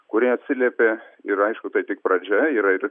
kurie atsiliepė ir aišku tai tik pradžia yra ir